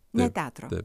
ne teatro